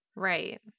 right